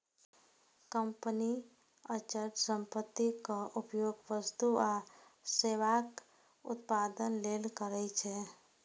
company अचल संपत्तिक उपयोग वस्तु आ सेवाक उत्पादन लेल करै छै